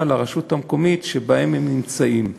לרשות המקומית שבתחומה הם נמצאים.